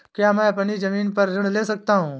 क्या मैं अपनी ज़मीन पर ऋण ले सकता हूँ?